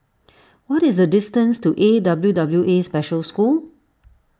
what is the distance to A W W A Special School